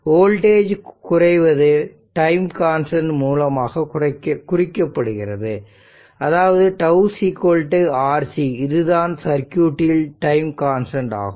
voltage குறைவது time constant மூலமாக குறிக்கப்படுகிறது அதாவது τ RC இதுதான் சர்க்யூட்டில் டைம் கான்ஸ்டன்ட் ஆகும்